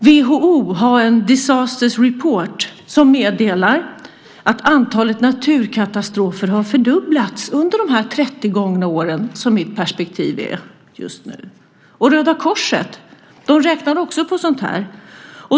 WHO har en Disasters Report som meddelar att antalet naturkatastrofer har fördubblats under de 30 gångna åren som mitt perspektiv är just nu. Röda Korset räknar också på sådant här.